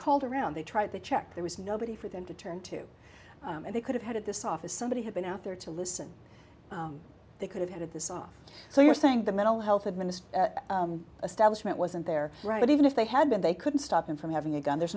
called around they tried to check there was nobody for them to turn to and they could have had this office somebody had been out there to listen they could have had this off so you're saying the mental health minister astonishment wasn't there right even if they had been they couldn't stop him from having a gun there's